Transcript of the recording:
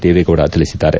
ದೇವೇಗೌಡ ತಿಳಿಸಿದ್ದಾರೆ